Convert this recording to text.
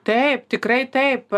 taip tikrai taip